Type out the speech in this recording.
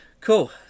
Cool